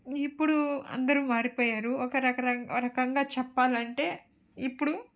ఇప్పుడు అందరు మారిపోయారు ఒకరు ఒకరకంగా చెప్పాలంటే ఇప్పుడు